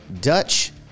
Dutch